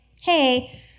hey